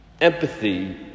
Empathy